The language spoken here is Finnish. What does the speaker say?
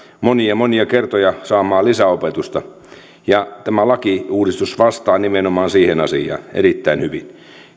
monia monia kertoja saamaan lisäopetusta tämä lakiuudistus vastaa nimenomaan siihen asiaan erittäin hyvin